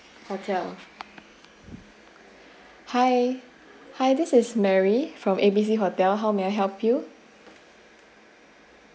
hotel hi hi this is mary from A B C hotel how may I help you